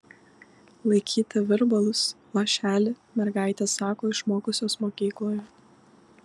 laikyti virbalus vąšelį mergaitės sako išmokusios mokykloje